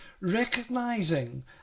recognizing